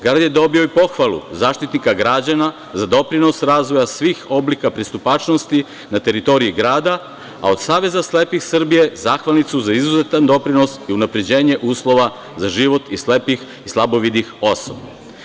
Grad je dobio i pohvalu Zaštitnika građana za doprinos razvoja svih oblika pristupačnosti na teritoriji grada, a od Saveza slepih Srbije, zahvalnicu za izuzetan doprinos i unapređenje uslova za život slepih i slabovidih osoba.